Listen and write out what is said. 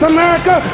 America